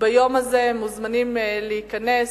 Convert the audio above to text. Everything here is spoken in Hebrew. ביום הזה מוזמנים להיכנס,